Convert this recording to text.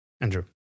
Andrew